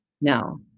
No